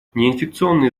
неинфекционные